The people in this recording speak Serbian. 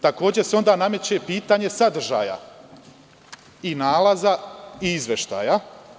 Takođe se onda nameće pitanje sadržaja nalaza i izveštaja.